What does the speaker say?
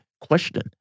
question